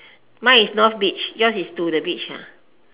mine is north beach yours is to the beach ah